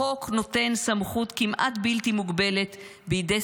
החוק נותן סמכות כמעט בלתי מוגבלת בידי